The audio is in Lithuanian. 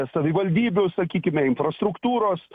savivaldybių sakykime infrastruktūros